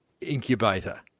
incubator